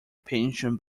pension